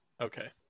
okay